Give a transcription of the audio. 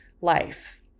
life